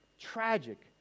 tragic